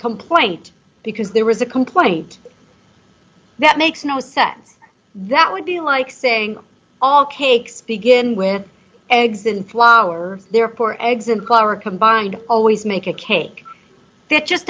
complaint because there was a complaint that makes no sense that would be like saying all cakes begin with eggs in flower they're poor eggs and color combined always make a cake that just